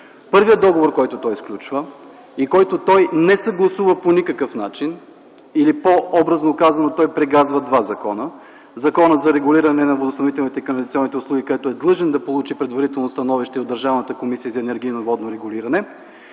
Първият договор, който той сключва, и който той не съгласува по никакъв начин, или по-образно казано, той прегазва два закона – Закона за регулиране на водоснабдителните и канализационните услуги, откъдето е длъжен да получи предварително становище и от Държавната комисия за енергийно и водно регулиране,